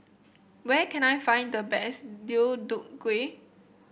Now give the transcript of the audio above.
where can I find the best Deodeok Gui